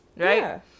Right